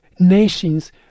nations